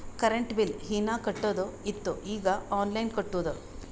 current bill ಹೀನಾ ಕಟ್ಟದು ಇತ್ತು ಈಗ ಆನ್ಲೈನ್ಲೆ ಕಟ್ಟುದ